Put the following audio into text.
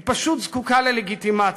היא פשוט זקוקה ללגיטימציה.